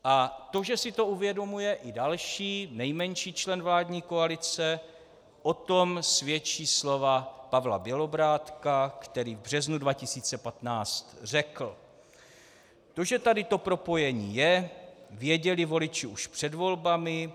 A to, že si to uvědomuje i další, nejmenší člen vládní koalice, o tom svědčí slova Pavla Bělobrádka, který v březnu 2015 řekl: To, že tady to propojení je, věděli voliči už před volbami.